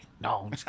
No